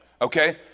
Okay